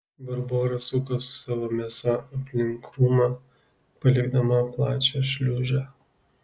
barbora suko su savo mėsa aplink krūmą palikdama plačią šliūžę